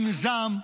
עם זעם,